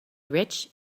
rich